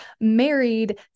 married